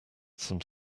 some